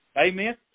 Amen